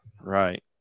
right